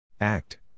Act